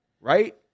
right